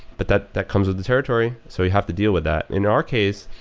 but that that comes with the territory, so we have to deal with that. in our case,